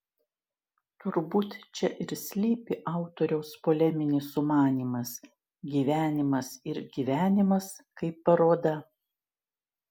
turbūt čia ir slypi autoriaus poleminis sumanymas gyvenimas ir gyvenimas kaip paroda